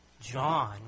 John